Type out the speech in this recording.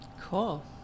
cool